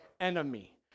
enemy